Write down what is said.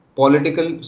political